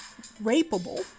rapable